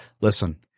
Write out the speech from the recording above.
listen